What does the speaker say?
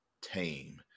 tame